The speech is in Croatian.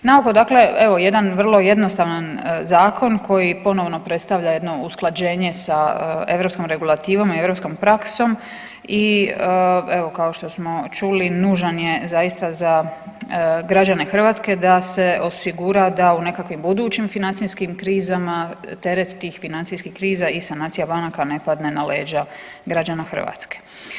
Naoko dakle evo jedan vrlo jednostavan zakon koji ponovno predstavlja jedno usklađenje sa europskom regulativom i europskom praksom i evo kao što smo čuli nužan je zaista za građane Hrvatske da se osigura da u nekakvim budućim financijskim krizama teret tih financijskih kriza i sanacija banaka ne padne na leđa građana Hrvatske.